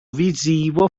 visivo